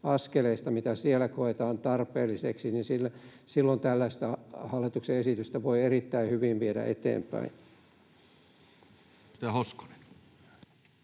kehitysaskeleista, mitä siellä koetaan tarpeellisiksi. Silloin tällaista hallituksen esitystä voi erittäin hyvin viedä eteenpäin.